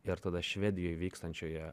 ir tada švedijoj vykstančioje